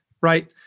right